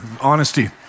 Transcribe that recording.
honesty